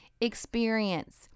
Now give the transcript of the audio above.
experience